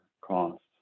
costs